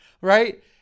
right